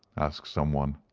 asked someone.